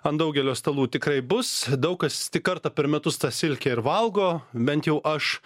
ant daugelio stalų tikrai bus daug kas tik kartą per metus tą silkę ir valgo bent jau aš